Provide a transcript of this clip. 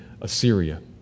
Assyria